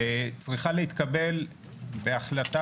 -- בתוך המשרד צריכה להתקבל בהחלטה